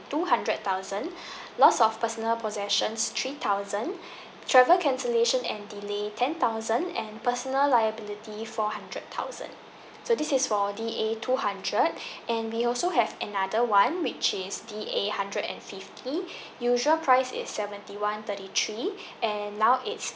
two hundred thousand lost of personal possessions three thousand travel cancellation and delay ten thousand and personal liability four hundred thousand so this is for D A two hundred and we also have another one which is D A hundred and fifty usual price is seventy one thirty three and now it's